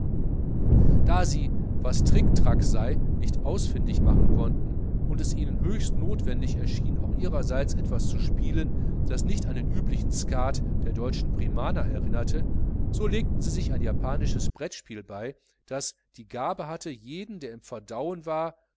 da sie was trictrac sei nicht ausfindig machen konnten und es ihnen höchst notwendig erschien auch ihrerseits etwas zu spielen das nicht an den üblichen skat der deutschen primaner erinnerte so legten sie sich ein japanisches bretspiel bei das die gabe hatte jeden der im verdauen war